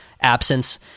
absence